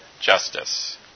Justice